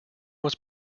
was